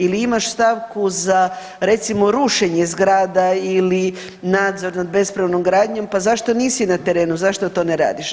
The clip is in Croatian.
Ili imaš stavku za recimo rušenje zgrada ili nadzor nad bespravnom gradnjom pa zašto nisi na terenu, zašto to ne radiš.